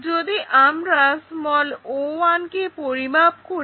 যদি আমরা o1 কে পরিমাপ করি